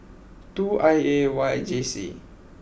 two I A Y J C